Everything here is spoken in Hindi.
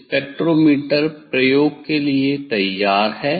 स्पेक्ट्रोमीटर प्रयोग के लिए तैयार है